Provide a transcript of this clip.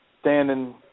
standing